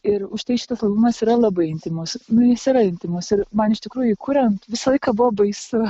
ir už tai šitas albumas yra labai intymus nu jis yra intymus ir man iš tikrųjų kuriant visą laiką buvo baisu